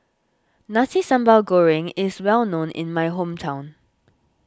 Nasi Sambal Goreng is well known in my hometown